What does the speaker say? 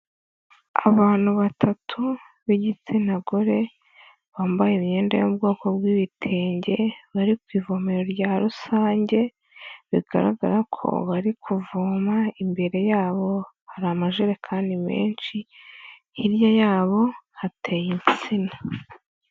Abantu batatu b'igitsina gore bambaye imyenda yo mu bwoko bw'ibitenge, bari ku ivomero rya rusange, bigaragara ko bari kuvoma imbere yabo hari amajerekani menshi, hirya yabo hateye itsina.